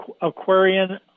Aquarian